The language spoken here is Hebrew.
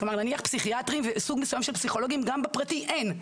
פסיכיאטרים וסוג מסוים של פסיכולוגים גם בפרטי אין,